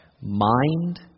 Mind